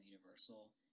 universal